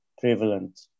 prevalent